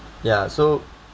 ya so